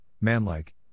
manlike